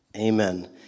amen